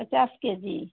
पचास के जी